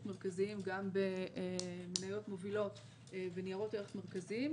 מרכזיים גם במניות מובילות בניירות ערך מרכזיים.